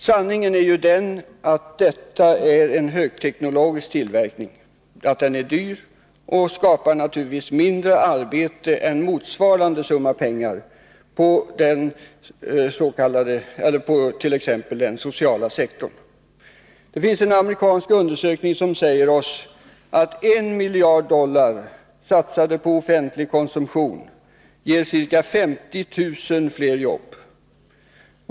Sanningen är ju den, att detta är en högteknologisk tillverkning, att den är dyr och naturligtvis skapar mindre arbete än motsvarande summa pengar inom t.ex. den sociala sektorn. En amerikansk undersökning säger oss att 1 miljard dollar satsade på offentlig konsumtion ger ca 50 000 fler jobb.